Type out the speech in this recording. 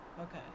okay